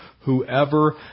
whoever